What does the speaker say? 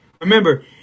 Remember